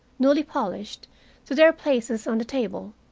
newly polished, to their places on the table,